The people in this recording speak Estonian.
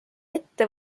ette